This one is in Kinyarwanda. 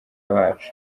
bacu